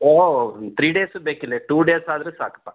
ಓ three days ಬೇಕಿಲ್ಲ two ಡೇಸಾದ್ರೆ ಸಾಕಪ್ಪ